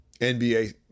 NBA